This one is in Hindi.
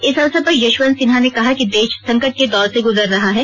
इस अवसर पर यशवंत सिन्हा ने कहा कि देश संकट के दौर से गुजर रहा है